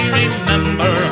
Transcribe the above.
remember